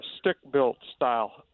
stick-built-style